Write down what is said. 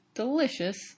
delicious